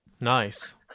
Nice